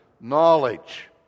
knowledge